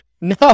No